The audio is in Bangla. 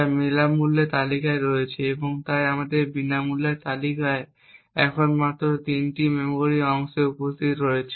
যা বিনামূল্যে তালিকায় রয়েছে এবং তাই আমাদের বিনামূল্যের তালিকা এখন মাত্র তিনটি মেমরির অংশে উপস্থিত রয়েছে